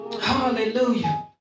Hallelujah